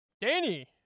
danny